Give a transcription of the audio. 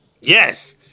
Yes